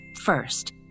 First